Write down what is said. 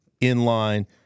in-line